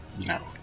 No